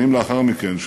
שנים לאחר מכן,